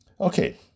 Okay